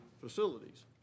facilities